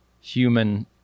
human